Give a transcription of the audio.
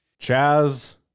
Chaz